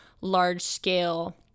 large-scale